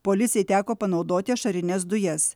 policijai teko panaudoti ašarines dujas